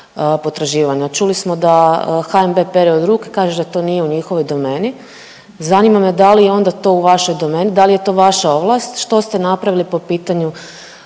potraživanja, čuli smo da HNB pere ruke kaže da to nije u njihovoj domeni. Zanima me da li je to onda u vašoj domeni, da li je to vaša ovlast? Što ste napravili po pitanju